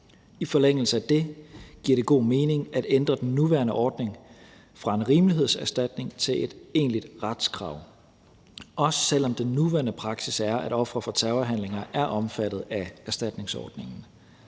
I forlængelse af det giver det god mening at ændre den nuværende ordning fra en rimelighedserstatning til et egentligt retskrav, også selv om den nuværende praksis er, at ofre for terrorhandlinger er omfattet af erstatningsordningen.